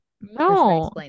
no